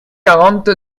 quarante